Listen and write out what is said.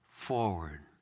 Forward